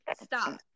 stop